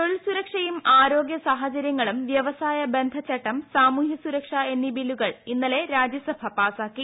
തൊഴിൽ സുരക്ഷയും ആരോഗ്യസാഹചര്യങ്ങളും വ്യവസായ ബന്ധ ചട്ടം സാമൂഹ്യ സുരക്ഷ എന്നീ ബില്ലുകൾ ഇന്നലെ രാജ്യസഭ പാസാക്കി